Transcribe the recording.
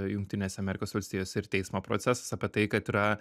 jungtinėse amerikos valstijose ir teismo procesas apie tai kad yra